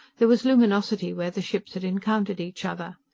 there was luminosity where the ships had encountered each other.